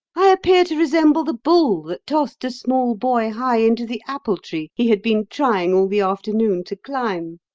i appear to resemble the bull that tossed the small boy high into the apple-tree he had been trying all the afternoon to climb.